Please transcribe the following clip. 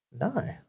No